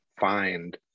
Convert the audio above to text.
find